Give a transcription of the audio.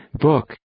Book